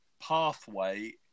pathway